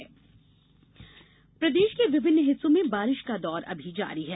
मौसम प्रदेश के विभिन्न हिस्सों में बारिश का दौर अमी जारी है